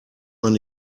man